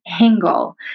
angle